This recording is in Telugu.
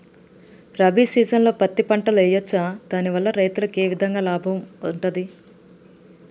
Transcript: రబీ సీజన్లో పత్తి పంటలు వేయచ్చా దాని వల్ల రైతులకు ఏ విధంగా లాభం ఉంటది?